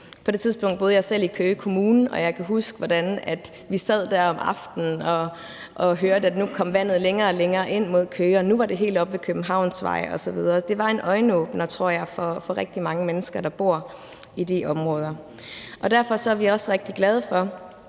På det tidspunkt boede jeg selv i Køge Kommune, og jeg kan huske, hvordan vi sad der om aftenen og hørte, at vandet kom længere og længere ind mod Køge, og at det nu var helt oppe ved Københavnsvej osv. Det var en øjenåbner, tror jeg, for rigtig mange mennesker, der bor i de områder. Derfor er vi også rigtig glade for,